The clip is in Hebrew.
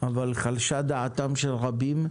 אבל חלשה דעתם של רבים,